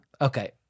Okay